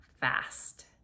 fast